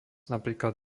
napríklad